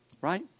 Right